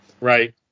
Right